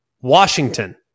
Washington